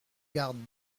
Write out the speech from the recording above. garde